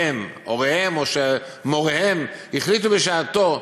הוריהן או מוריהן החליטו בשעתו,